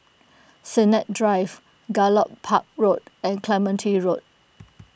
Sennett Drive Gallop Park Road and Clementi Road